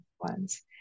ones